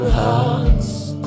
hearts